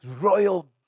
royal